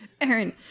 Aaron